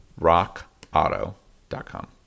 rockauto.com